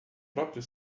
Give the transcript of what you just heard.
próprio